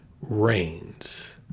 reigns